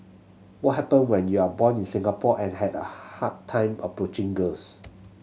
what happen when you are born in Singapore and had a hard time approaching girls